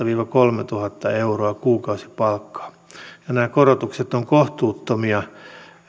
viiva kolmetuhatta euroa kuukausipalkkaa nämä korotukset ovat kohtuuttomia